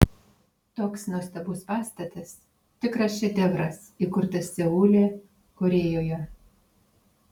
toks nuostabus pastatas tikras šedevras įkurtas seule korėjoje